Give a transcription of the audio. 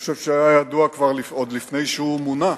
אני חושב שהיה ידוע עוד לפני שהוא מונה.